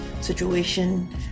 situation